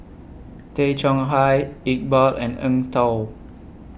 Tay Chong Hai Iqbal and Eng Tow